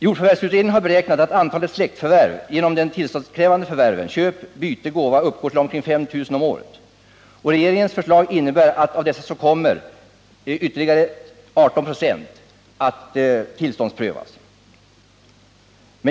Jordförvärvsutredningen har beräknat att antalet tillståndskrävande släktförvärv genom köp, byte och gåva uppgår till omkring 5 000 om året. Regeringens förslag innebär att ytterligare 18 96 av släktförvärven kommer att tillståndsprövas.